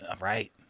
Right